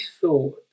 thought